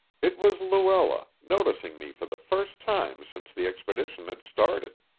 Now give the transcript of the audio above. it was luella, noticing me for the first time since the expedition had started.